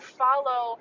follow